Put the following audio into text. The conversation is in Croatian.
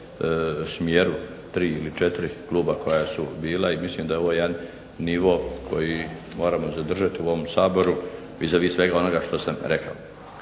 smjeru, tri ili četiri kluba koja su bila. I mislim da je ovo jedan nivo koji moramo zadržati u ovom Saboru vis a vis svega onoga što sam rekao.